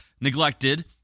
neglected